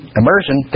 immersion